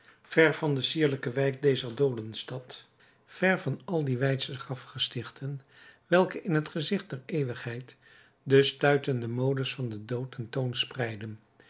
ver van de sierlijke wijk dezer doodenstad ver van al die weidsche grafgestichten welke in t gezicht der eeuwigheid de stuitende modes van den dood